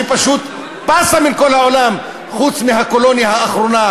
שפשוט פסה מכל העולם חוץ מהקולוניה האחרונה,